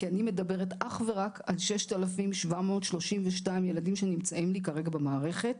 כי אני מדברת אך ורק על 6,732 ילדים שנמצאים לי כרגע במערכת.